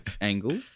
angle